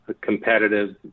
competitive